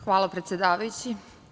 Hvala predsedavajući.